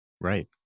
Right